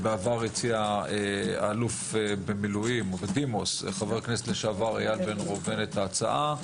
בעבר הציע אלוף בדימוס חבר הכנסת לשעבר איל בן ראובן את ההצעה.